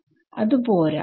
അത് പോരാ